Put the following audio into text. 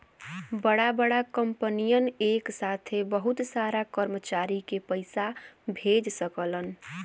बड़ा बड़ा कंपनियन एक साथे बहुत सारा कर्मचारी के पइसा भेज सकलन